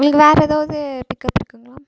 உங்களுக்கு வேறு ஏதாவது பிக்கப் இருக்குதுங்களா